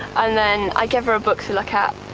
and then i gave her a book to look at,